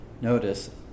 Notice